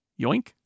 yoink